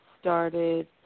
started